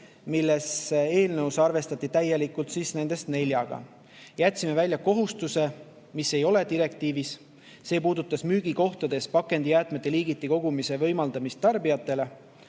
millest eelnõus arvestati täielikult nelja. Jätsime välja kohustuse, mis ei ole direktiivis ja puudutas müügikohtades pakendijäätmete liigiti kogumise võimaldamist tarbijatele.